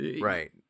Right